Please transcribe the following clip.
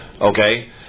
Okay